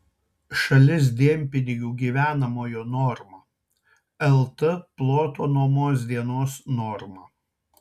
šalis dienpinigių gyvenamojo norma lt ploto nuomos dienos norma